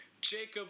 Jacob